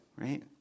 right